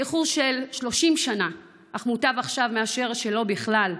באיחור של 30 שנה, אך מוטב עכשיו מאשר בכלל לא,